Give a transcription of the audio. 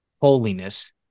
holiness